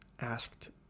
asked